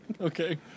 Okay